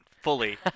fully